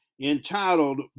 entitled